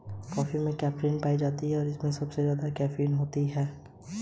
हमारे ट्रैक्टर का इंजन खराब होने की वजह से उसमें से धुआँ निकल रही है